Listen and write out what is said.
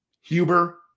Huber